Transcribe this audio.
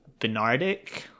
Bernardic